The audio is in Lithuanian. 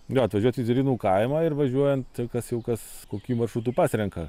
jo atvažiuot į zervynų kaimą ir važiuojant kas jau kas kokį maršrutų pasrenka